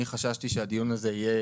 אני חששתי שהדיון הזה יהיה